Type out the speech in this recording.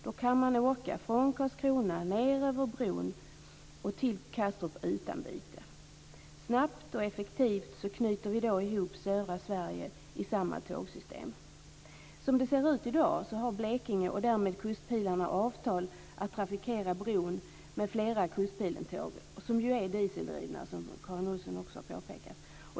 Då kan man åka från Karlskrona ned över bron och till Kastrup utan byte. Snabbt och effektivt knyter vi då ihop södra Sverige i samma tågsystem. Som det ser ut i dag har Blekinge och därmed kustpilarna avtal att trafikera bron med flera Kustpilentåg, som ju är dieseldrivna.